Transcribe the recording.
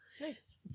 Nice